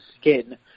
skin